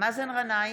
מאזן גנאים,